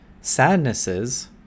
sadnesses